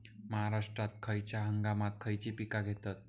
महाराष्ट्रात खयच्या हंगामांत खयची पीका घेतत?